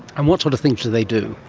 and what sort of things do they do?